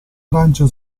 francia